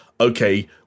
okay